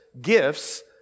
gifts